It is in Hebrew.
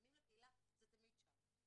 הפנים לקהילה זה תמיד שם.